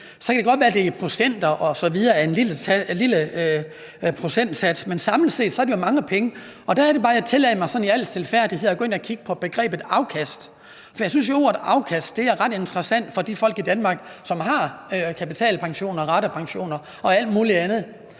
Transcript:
så kan det godt være, det er en lille procentsats, men samlet set er det mange penge. Og der er det bare, jeg tillader mig sådan i al stilfærdighed at gå ind og kigge på begrebet afkast. For jeg synes, ordet afkast er ret interessant for de folk i Danmark, som har kapitalpensioner og ratepensioner og alt muligt andet.